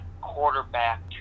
quarterback